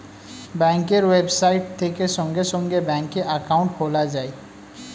ব্যাঙ্কের ওয়েবসাইট থেকে সঙ্গে সঙ্গে ব্যাঙ্কে অ্যাকাউন্ট খোলা যায়